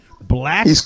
black